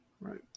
Right